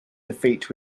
defeat